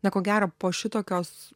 na ko gero po šitokios